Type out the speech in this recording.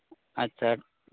ᱟᱪᱪᱷᱟ